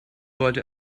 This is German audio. wollte